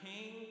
king